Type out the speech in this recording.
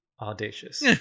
Audacious